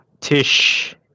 Tish